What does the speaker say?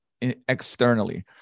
externally